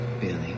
Billy